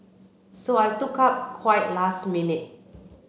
so I took up quite last minute